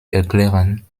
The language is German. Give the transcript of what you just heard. erklären